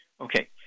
Okay